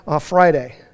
Friday